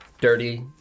dirty